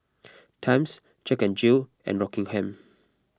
Times Jack N Jill and Rockingham